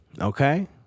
Okay